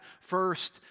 first